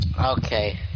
Okay